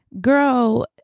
Girl